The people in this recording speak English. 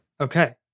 Okay